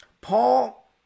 Paul